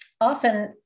often